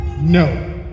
no